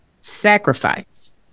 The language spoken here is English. sacrifice